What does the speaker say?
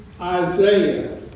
Isaiah